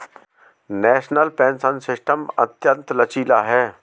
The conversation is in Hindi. नेशनल पेंशन सिस्टम अत्यंत लचीला है